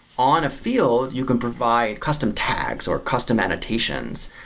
on a field, you can provide custom tags or custom annotations,